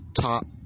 top